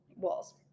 walls